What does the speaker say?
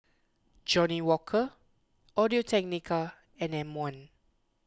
Johnnie Walker Audio Technica and M one